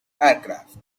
aircraft